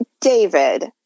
david